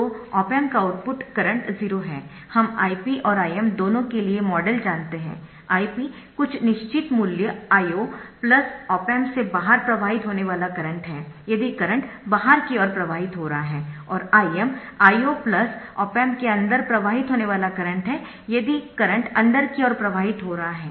तो op amp का output current 0 है हम Ip और Im दोनों के लिए मॉडल जानते है Ip कुछ निश्चित मूल्य I0 ऑप एम्प से बाहर प्रवाहित होने वाला करंट है यदि करंट बाहर की ओर प्रवाहित हो रहा है और Im I0 ऑप एम्प के अंदर प्रवाहित होने वाला करंट है यदि करंट अंदर की ओर प्रवाहित हो रहा है